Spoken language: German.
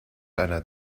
einer